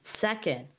Second